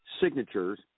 signatures